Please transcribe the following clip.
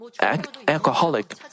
alcoholic